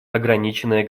ограниченное